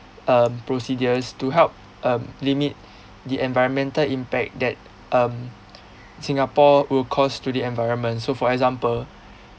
um procedures to help um limit the environmental impact that um singapore will cause to the environment so for example